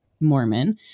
Mormon